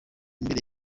imbere